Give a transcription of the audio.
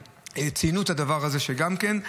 ציינו את הדבר הזה שגם כן.